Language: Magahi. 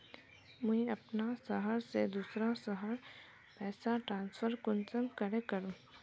मुई अपना शहर से दूसरा शहर पैसा ट्रांसफर कुंसम करे करूम?